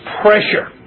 pressure